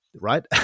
right